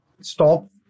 stop